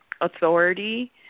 authority